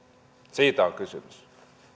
siitä on kysymys